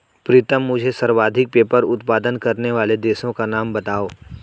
प्रीतम मुझे सर्वाधिक पेपर उत्पादन करने वाले देशों का नाम बताओ?